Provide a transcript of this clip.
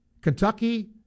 kentucky